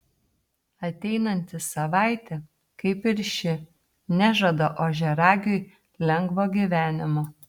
ateinanti savaitė kaip ir ši nežada ožiaragiui lengvo gyvenimo